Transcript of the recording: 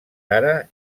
ara